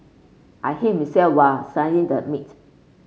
I him while slicing the meat